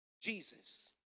Jesus